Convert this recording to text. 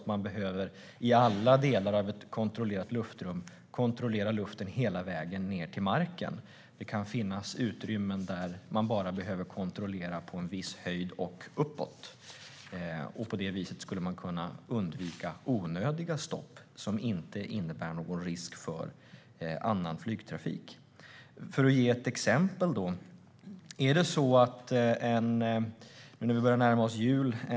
Man behöver inte i alla delar av ett kontrollerat luftrum kontrollera luften hela vägen ned till marken, utan det kan finnas utrymmen där man bara behöver kontrollera på en viss höjd och uppåt. På det viset skulle man kunna undvika onödiga stopp som inte innebär någon risk för annan flygtrafik. För att ge ett exempel: Vi börjar nu närma oss jul.